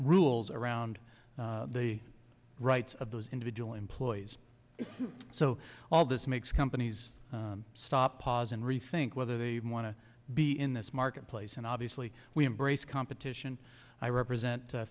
rules around the rights of those individual employees so all this makes companies stop pause and rethink whether they want to be in this marketplace and obviously we embrace competition i represent